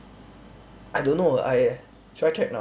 I don't know I should I check now